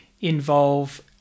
involve